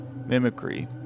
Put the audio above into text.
Mimicry